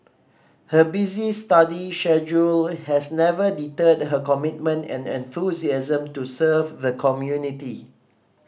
her busy study schedule has never deterred her commitment and enthusiasm to serve the community